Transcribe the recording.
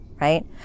right